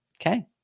Okay